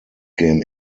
game